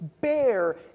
bear